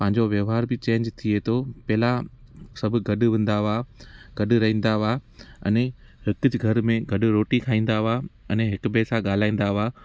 पंहिंजो व्यव्हार बि चेंज थिए थो पहला सभु गॾु वेंदा हुआ गॾु रहंदा हुआ अने हिकु इच घर में रोटी खाईंदा हुआ अने हिकु ॿिए सां ॻाल्हाईंदा हुआ